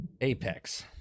Apex